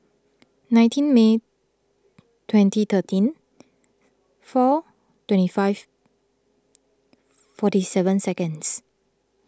nineteen May twenty thirteen four twenty five forty seven seconds